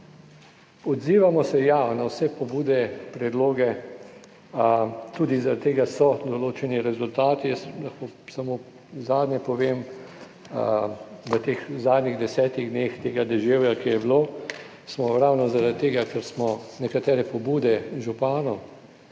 odzivamo se, ja na vse pobude, predloge, tudi zaradi tega so določeni rezultati. Jaz lahko samo zadnje povem, v teh zadnjih 10-ih dneh tega deževja, ki je bilo, smo ravno zaradi tega, ker smo nekatere pobude županov